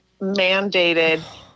mandated